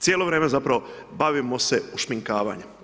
Cijelo vrijeme zapravo bavimo se ušminkavanjem.